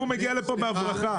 היבוא מגיע לפה בהברחה.